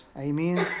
Amen